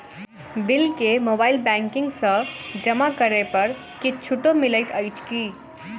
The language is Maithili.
बिल केँ मोबाइल बैंकिंग सँ जमा करै पर किछ छुटो मिलैत अछि की?